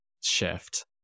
shift